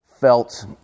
felt